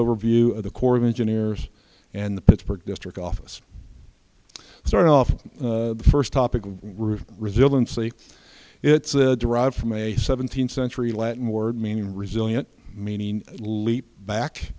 overview of the corps of engineers and the pittsburgh district office start off the first topic of resiliency it's a derived from a seventeenth century latin word meaning resilient meaning leap back